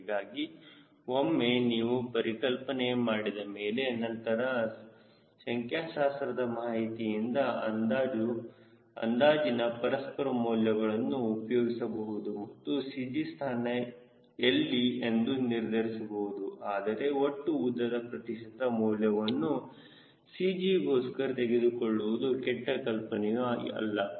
ಹೀಗಾಗಿ ಒಮ್ಮೆ ನೀವು ಪರಿಕಲ್ಪನೆ ಮಾಡಿದಮೇಲೆ ನಂತರ ಸಂಖ್ಯಾಶಾಸ್ತ್ರದ ಮಾಹಿತಿಯಿಂದ ಅಂದಾಜಿನ ಪರಸ್ಪರ ಮೌಲ್ಯಗಳನ್ನು ಉಪಯೋಗಿಸಬಹುದು ಮತ್ತು CG ಸ್ಥಾನ ಎಲ್ಲಿ ಎಂದು ನಿರ್ಧರಿಸಬಹುದು ಆದರೆ ಒಟ್ಟು ಉದ್ದದ ಪ್ರತಿಶತ ಮೌಲ್ಯವನ್ನು CG ಗೋಸ್ಕರ ತೆಗೆದುಕೊಳ್ಳುವುದು ಕೆಟ್ಟ ಕಲ್ಪನೆಯು ಅಲ್ಲ